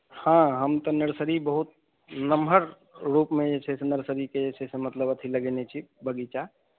हँ हम तऽ नर्सरी बहुत नम्हर रूपमे जे छै से नर्सरीके जे छै से मतलब अथी लगेने छी बगीचा